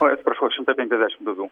oi atsiprašau šimtą penkiasdešim duobių